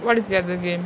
what is the other game